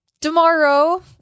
Tomorrow